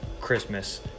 Christmas